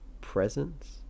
presence